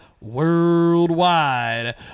Worldwide